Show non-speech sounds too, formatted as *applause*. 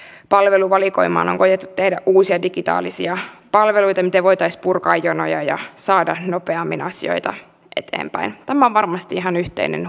palveluvalikoimaan on koetettu tehdä uusia digitaalisia palveluita miten voitaisiin purkaa jonoja ja saada nopeammin asioita eteenpäin tämä huoli työttömyydestä on varmasti ihan yhteinen *unintelligible*